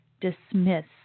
dismiss